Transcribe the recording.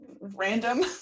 random